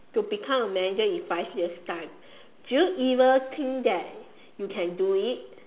to become a manager in five years time do you even think that you can do it